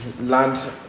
Land